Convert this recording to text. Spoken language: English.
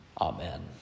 Amen